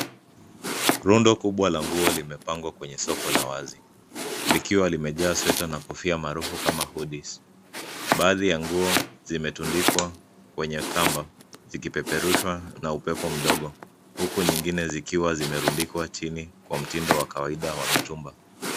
Rundo kubwa la nguo limepangwa kwenye soko la wazi, likiwa limejaa sweta na kofia maarafu kama hoodies . Baadhi ya nguo zimetundikwa kwenye kamba zikipeperushwa na upepo mdogo huku nyingine zikiwa zimerundikwa chini kwa mtindo wa kawaida wa mitumba.